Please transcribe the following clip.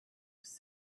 was